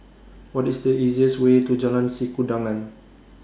What IS The easiest Way to Jalan Sikudangan